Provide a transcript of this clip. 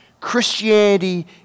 Christianity